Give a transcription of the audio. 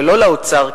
ולא לאוצר,